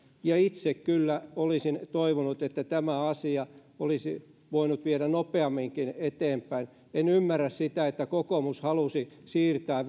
itse olisin kyllä toivonut että tämän asian olisi voinut viedä nopeamminkin eteenpäin en ymmärrä sitä että kokoomus halusi käytännössä siirtää